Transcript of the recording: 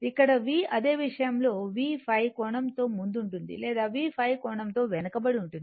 ఇక్కడ v అదే విషయం V ϕ కోణం తో ముందు ఉంటుంది లేదా V ϕ కోణం తో వెనుకబడి ఉంటుంది